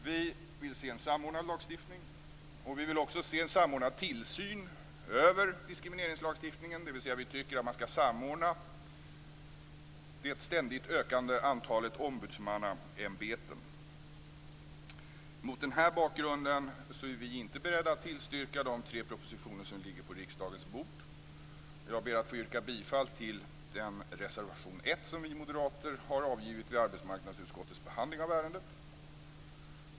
Vi vill se en samordnad lagstiftning, och vi vill också se en samordnad tillsyn över diskrimineringslagstiftningen. Det betyder att vi tycker att man skall samordna det ständigt ökande antalet ombudsmannaämbeten. Mot denna bakgrund är vi inte beredda att tillstyrka de tre propositioner som ligger på riksdagens bord. Och jag ber att få yrka bifall till reservation 1 som vi moderater har avgivit vid arbetsmarknadsutskottets behandling av ärendet.